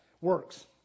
works